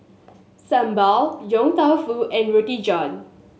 sambal Yong Tau Foo and Roti John